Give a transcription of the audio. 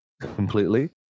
completely